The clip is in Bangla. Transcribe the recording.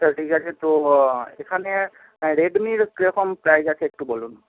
আচ্ছা ঠিক আছে তো এখানে রেডমির কীরকম প্রাইজ আছে একটু বলুন